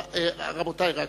בבקשה.